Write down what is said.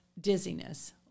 dizziness